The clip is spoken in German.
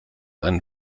einen